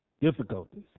difficulties